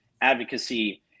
advocacy